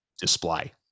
display